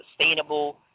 sustainable